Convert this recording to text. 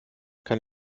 kann